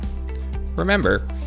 Remember